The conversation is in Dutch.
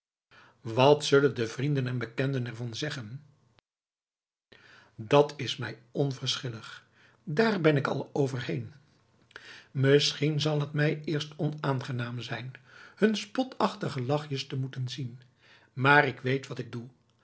wat zullen de vrienden en bekenden er van zeggen dat is mij onverschillig daar ben ik al overheen misschien zal t mij eerst onaangenaam zijn hun spotachtige lachjes te moeten zien maar ik weet wat ik doe